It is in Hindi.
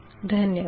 धन्यवाद